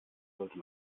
sollte